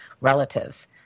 relatives